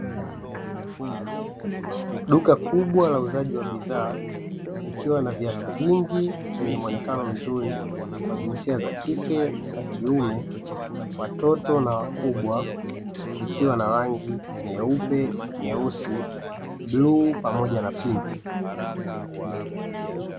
Duka kubwa la uuzaji wa bidhaa likiwa na viatu vingi vyenye muonekano mzuri kwa jinsia za kike na kiume, watoto na wakubwa vikiwa na rangi nyeupe, nyeusi, buluu pamoja na pinki.